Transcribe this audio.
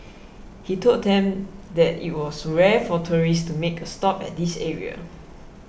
he told them that it was rare for tourists to make a stop at this area